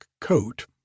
coat